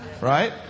Right